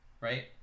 right